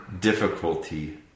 difficulty